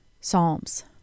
Psalms